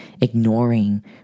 ignoring